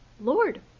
Lord